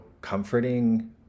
comforting